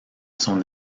son